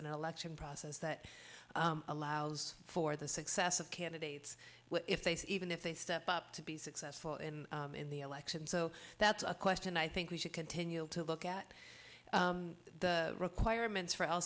an election process that allows for the success of candidates if they see even if they step up to be successful in in the election so that's a question i think we should continue to look at the requirements for al